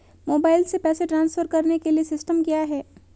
Mobile से पैसे transfer करने के लिए सिस्टम क्या है?